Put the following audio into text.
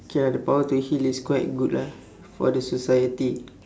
okay ah the power to heal is quite good lah for the society